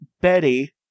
Betty